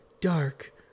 dark